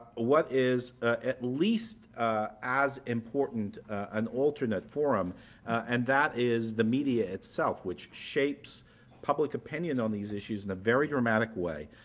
what is ah at least as important an alternate forum and that is the media itself, which shapes public opinion on these issues in a very dramatic way.